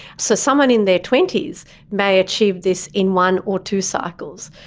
so someone in their twenty s may achieve this in one or two cycles.